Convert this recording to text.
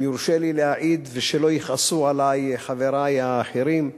אם יורשה לי להעיד, ושלא יכעסו עלי חברי האחרים,